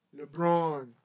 LeBron